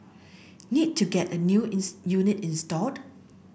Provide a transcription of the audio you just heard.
need to get a new unit installed